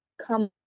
come